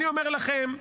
אני אומר לכם,